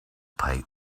pay